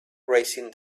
raising